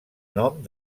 nom